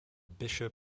bishop